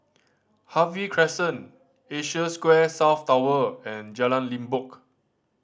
Harvey Crescent Asia Square South Tower and Jalan Limbok